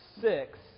six